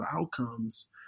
outcomes